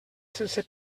sense